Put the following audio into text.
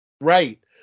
Right